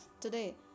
today